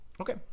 Okay